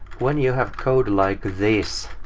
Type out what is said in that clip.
when you have code like this,